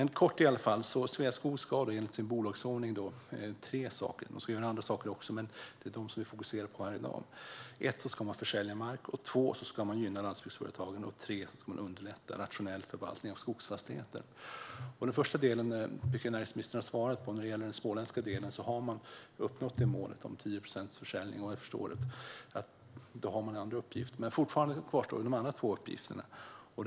Kort sagt: Sveaskog ska enligt sin bolagsordning göra tre saker. De ska göra andra saker också, men det är dessa tre vi fokuserar på här i dag. Den första är att försälja mark, den andra är att gynna landsbygdsföretagen och den tredje är att underlätta rationell förvaltning av skogsfastigheter. Den första delen tycker jag att näringsministern har svarat på. När det gäller den småländska delen har man vad jag förstår uppnått målet om 10 procents försäljning, och då har man andra uppgifter. Men de andra två uppgifterna kvarstår.